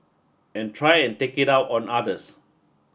and try and take it out on others